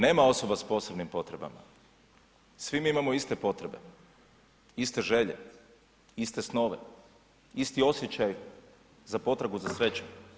Nema osoba s posebnim potrebama, svi mi imamo iste potrebe, iste želje, iste snove, isti osjećaj za potrebu za srećom.